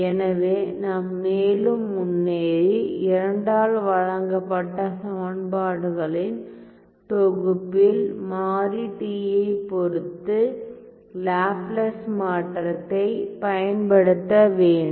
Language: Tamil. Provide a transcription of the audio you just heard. எனவே நாம் மேலும் முன்னேறி II ஆல் வழங்கப்பட்ட சமன்பாடுகளின் தொகுப்பில் மாறி t ஐப் பொறுத்து லாப்லாஸ் மாற்றத்தைப் பயன்படுத்தப் வேண்டும்